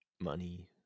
Money